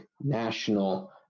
national